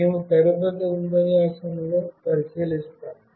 మేము తదుపరి ఉపన్యాసంలో పరిశీలిస్తాము